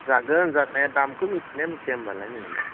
जागोन जानाया दामखौ मिनथियो ना मिनथिया होमबालाय नोंलाय